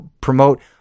promote